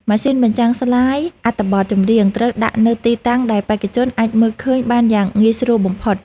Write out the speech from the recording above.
ម៉ាស៊ីនបញ្ចាំងស្លាយអត្ថបទចម្រៀងត្រូវដាក់នៅទីតាំងដែលបេក្ខជនអាចមើលឃើញបានយ៉ាងងាយស្រួលបំផុត។